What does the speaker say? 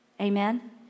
Amen